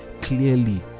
clearly